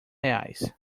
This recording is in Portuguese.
reais